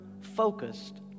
focused